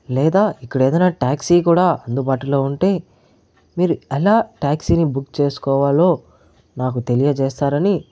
లేదా ఇక్కడ ఏదైనా టాక్సీ కూడా అందుబాటులో ఉంటే మీరు ఎలా టాక్సీ ని బుక్ చేసుకోవాలో నాకు తెలియజేస్తారని